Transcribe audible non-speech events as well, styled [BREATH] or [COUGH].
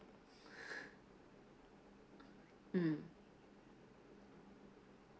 [BREATH] mm